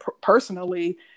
personally